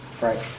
right